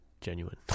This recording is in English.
genuine